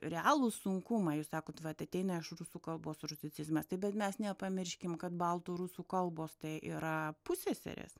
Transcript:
realūs sunkumai jūs sakot vat ateina iš rusų kalbos rusicizmas taip bet mes nepamirškim kad baltų rusų kalbos tai yra pusseserės